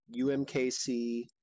UMKC